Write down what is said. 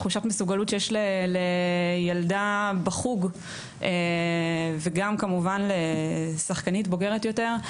תחושת מסוגלות שיש לילדה בחוק וגם כמובן לשחקנית בוגרת יותר,